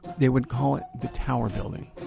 they would call it, the tower building.